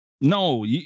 No